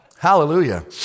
Hallelujah